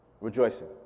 rejoicing